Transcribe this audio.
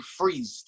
freezed